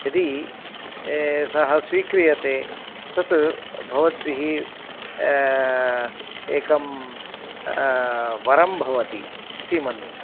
यदि सः स्वीक्रियते तत् भवद्भिः एकं वरं भवति इति मन्ये